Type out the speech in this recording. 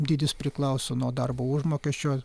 dydis priklauso nuo darbo užmokesčio